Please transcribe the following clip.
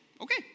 Okay